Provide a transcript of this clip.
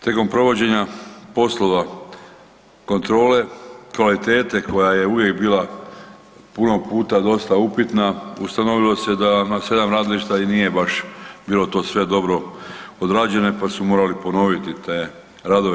Tijekom provođenja poslova kontrole kvalitete koja je uvijek bila puno puta dosta upitna ustanovilo se da na sedam … i nije baš bilo to sve dobro odrađeno pa su morali ponoviti te radove.